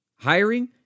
Hiring